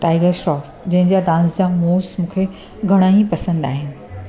tiger Shroff जंहिंजा dance जा moves मूंखे घणा ई पसंदि आहिनि